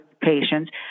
patients